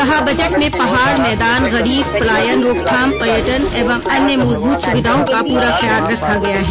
कहा बजट में पहाड़ मैदान गरीब पलायन रोकथाम पर्यटन एवं अन्य मूलभूत सुविधाओं का पूरा ख्याल रखा गया है